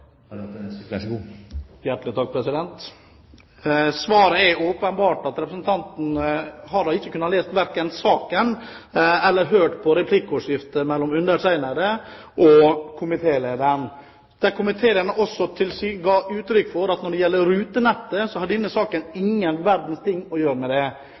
åpenbart: Representanten kan verken ha lest saken eller hørt på replikkordskiftet mellom undertegnede og komitélederen, der komitélederen også ga uttrykk for at når det gjelder rutenettet, har denne saken ingen verdens ting å gjøre med det.